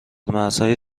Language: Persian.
مرزهای